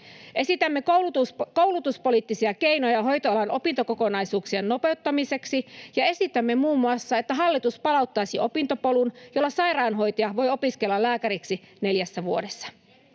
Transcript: Esitämme koulutuspoliittisia keinoja hoitoalan opintokokonaisuuksien nopeuttamiseksi, ja esitämme muun muassa, että hallitus palauttaisi opintopolun, jolla sairaanhoitaja voi opiskella lääkäriksi neljässä vuodessa.